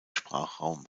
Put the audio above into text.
sprachraum